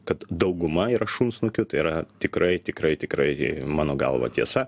kad dauguma yra šunsnukių tai yra tikrai tikrai tikrai mano galva tiesa